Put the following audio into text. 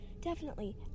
Definitely